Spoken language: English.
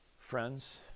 friends